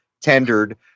tendered